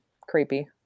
creepy